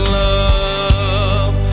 love